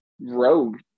rogue